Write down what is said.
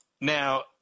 Now